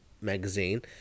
magazine